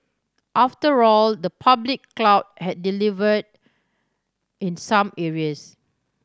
after all the public cloud has delivered in some areas